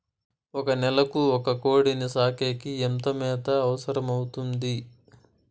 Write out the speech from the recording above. ఒక నెలకు ఒక కోడిని సాకేకి ఎంత మేత అవసరమవుతుంది?